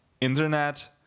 internet